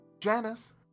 Janice